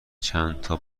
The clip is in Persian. چندتا